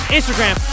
Instagram